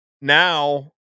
now